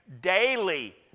daily